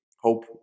Hope